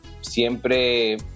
siempre